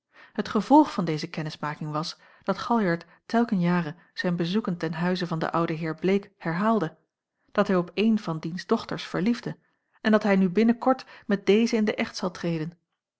het gevolg van deze kennismaking was dat galjart telken jare zijn bezoeken ten huize van den ouden heer bleek herhaalde dat hij op eene van diens dochters verliefde en dat hij nu binnen kort met deze in den echt zal treden